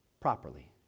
properly